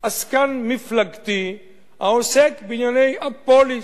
עסקן מפלגתי העוסק בענייני הפוליס.